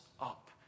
up